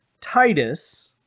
Titus